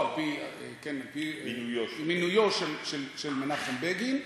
ועל-פי מינויו של מנחם בגין,